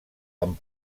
amb